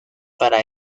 para